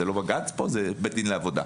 זה לא בג"ץ אלא בית דין לעבודה.